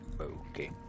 Okay